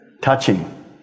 touching